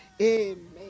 Amen